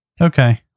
Okay